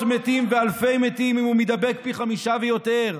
מתים ואלפי מתים אם הוא מידבק פי חמישה ויותר.